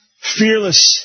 fearless